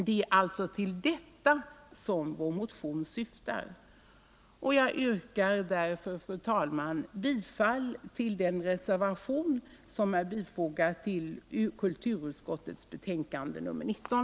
Det är till detta som vår motion syftar, och jag yrkar, fru talman, bifall till den reservation som är fogad till kulturutskottets betänkande nr 19.